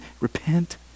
repent